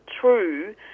true